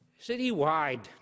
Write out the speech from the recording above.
citywide